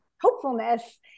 hopefulness